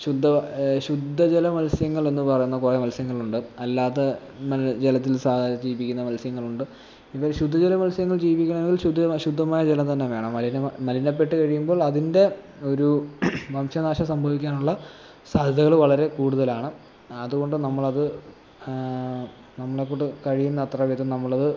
ശുദ്ധജല മത്സ്യങ്ങളെന്ന് പറയുന്ന കുറേ മത്സ്യങ്ങളുണ്ട് അല്ലാത്ത മലിന ജലത്തിൽ ജീവിക്കുന്ന മത്സ്യങ്ങളുണ്ട് ഇവർ ശുദ്ധജല മത്സ്യങ്ങൾ ജീവിക്കണമെങ്കിൽ ശുദ്ധമായ ശുദ്ധമായ ജലം തന്നെ വേണം മലിന മലിനപ്പെട്ട് കഴിയുമ്പോൾ അതിൻ്റെ ഒരു വംശനാശം സംഭവിക്കാനുള്ള സാധ്യതകൾ വളരെ കൂടുതലാണ് അതുകൊണ്ട് നമ്മളത് നമ്മളെക്കൊണ്ട് കഴിയുന്നത്ര വീതം നമ്മളത്